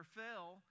fell